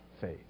faith